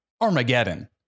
Armageddon